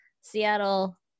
Seattle